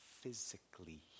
physically